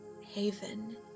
haven